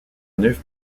neuf